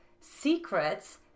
secrets